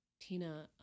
Tina